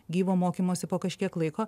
gyvo mokymosi po kažkiek laiko